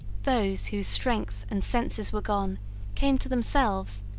those whose strength and senses were gone came to themselves,